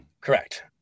Correct